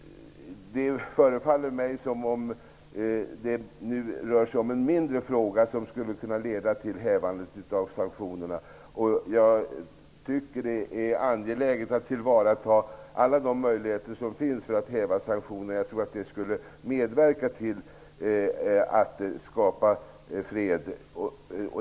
Det förefaller mig som om det nu rör sig om en mindre fråga som skulle kunna leda till hävandet av sanktionerna. Jag tycker att det är angeläget att tillvarata alla de möjligheter som finns för att häva sanktionerna. Jag tror att det skulle medverka till att skapa fred.